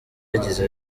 yagize